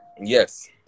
Yes